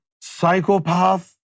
psychopath